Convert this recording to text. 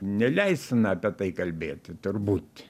neleistina apie tai kalbėti turbūt